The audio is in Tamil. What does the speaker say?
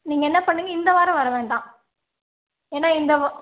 நீங்கள் என்ன பண்ணுங்கள் இந்த வாரம் வர வேண்டாம் ஏன்னா இந்த வா